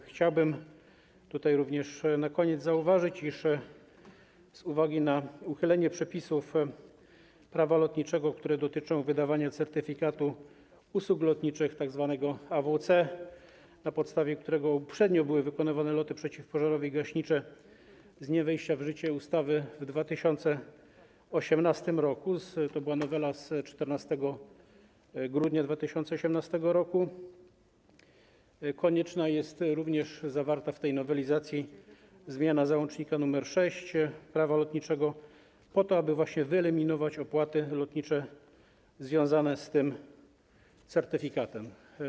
Chciałbym również na koniec zauważyć, iż z uwagi na uchylenie przepisów Prawa lotniczego, które dotyczą wydawania certyfikatu usług lotniczych, tzw. AWC, na podstawie którego uprzednio były wykonywane loty przeciwpożarowe i gaśnicze, z dniem wejścia w życie ustawy w 2018 r. - to była nowela z 14 grudnia 2018 r. - konieczna jest również zawarta w tej nowelizacji zmiana załącznika nr 6 do Prawa lotniczego, po to, aby właśnie wyeliminować opłaty lotnicze związane z tym certyfikatem.